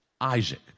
Isaac